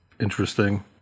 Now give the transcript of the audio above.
interesting